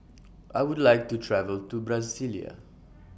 I Would like to travel to Brasilia